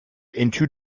into